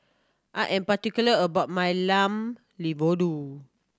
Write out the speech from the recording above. I am particular about my Lamb Vindaloo